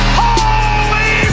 holy